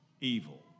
evil